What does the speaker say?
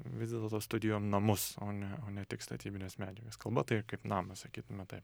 vis dėlto studijuojam namus o ne o ne tik statybines medžiagas kalba tai kaip namas sakytume taip